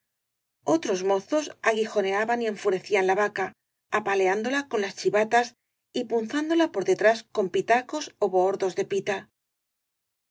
mo zos aguijoneaban y enfurecían la vaca apaleándo la con las chivatas y punzándola por detrás con pitacos ó bohordos de pita